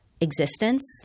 existence